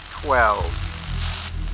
twelve